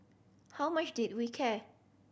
how much did we care